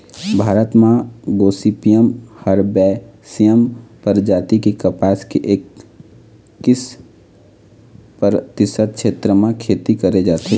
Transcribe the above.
भारत म Gossypium herbaceum परजाति के कपसा के एक्कीस परतिसत छेत्र म खेती करे जाथे